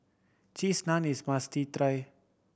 Cheese Naan is a must try